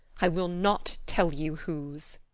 i will not tell you whose.